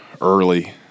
early